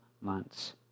months